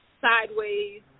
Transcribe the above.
sideways